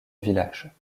village